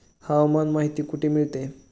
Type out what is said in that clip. हवामान माहिती कुठे मिळते?